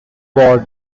war